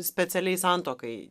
specialiai santuokai